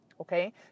Okay